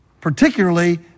particularly